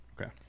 okay